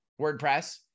WordPress